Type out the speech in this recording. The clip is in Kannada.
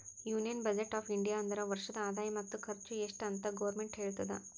ಯೂನಿಯನ್ ಬಜೆಟ್ ಆಫ್ ಇಂಡಿಯಾ ಅಂದುರ್ ವರ್ಷದ ಆದಾಯ ಮತ್ತ ಖರ್ಚು ಎಸ್ಟ್ ಅಂತ್ ಗೌರ್ಮೆಂಟ್ ಹೇಳ್ತುದ